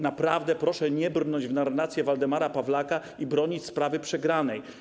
Naprawdę proszę nie brnąć w narrację Waldemara Pawlaka i bronić sprawy przegranej.